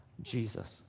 Jesus